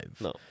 No